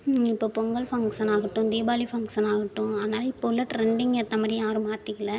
இப்போ பொங்கல் ஃபங்ஸன் ஆகட்டும் தீபாவளி ஃபங்ஸன் ஆகட்டும் ஆனாலும் இப்போ உள்ள ட்ரெண்டிங் ஏற்ற மாதிரி யாரும் மாற்றிக்கில